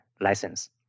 license